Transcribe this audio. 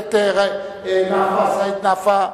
הכנסת סעיד נפאע.